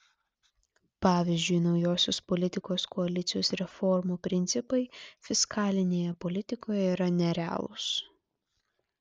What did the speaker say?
pavyzdžiui naujosios politikos koalicijos reformų principai fiskalinėje politikoje yra nerealūs